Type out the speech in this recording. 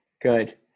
good